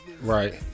right